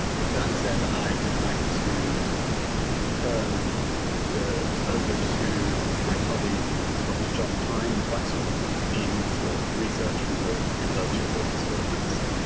but that said i would like to turn the ah over to my colleague dr john plying, the vice dean for research in the university of goebbels sort of medicine.